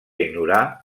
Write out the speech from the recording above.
ignorar